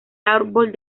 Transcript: árbol